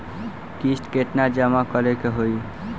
किस्त केतना जमा करे के होई?